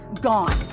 gone